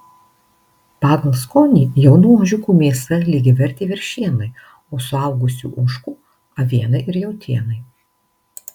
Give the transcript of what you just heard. pagal skonį jaunų ožiukų mėsa lygiavertė veršienai o suaugusių ožkų avienai ir jautienai